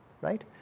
right